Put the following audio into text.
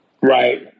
Right